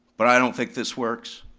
but i don't think this works.